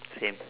same